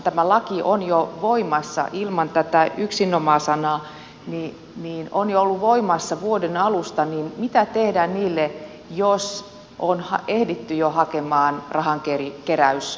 tämä laki on jo voimassa ilman tätä yksinomaan sanaa on ollut voimassa jo vuoden alusta niin mitä nyt tehdään jos on ehditty jo hakea rahakeräyslupia